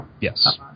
Yes